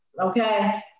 okay